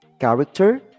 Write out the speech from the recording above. character